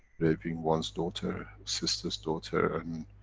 raping one's daughter, sister's daughter and.